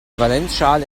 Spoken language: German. valenzschale